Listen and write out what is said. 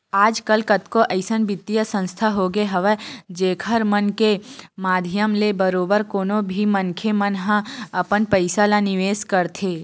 आजकल कतको अइसन बित्तीय संस्था होगे हवय जेखर मन के माधियम ले बरोबर कोनो भी मनखे मन ह अपन पइसा ल निवेस करथे